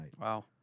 Wow